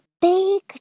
big